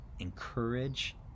encourage